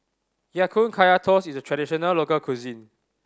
Ya Kun Kaya Toast is a traditional local cuisine